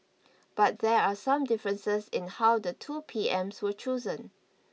but there are some differences in how the two P Ms were chosen